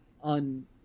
on